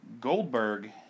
Goldberg